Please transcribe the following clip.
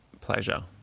pleasure